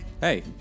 hey